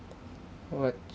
what